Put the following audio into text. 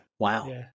Wow